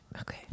Okay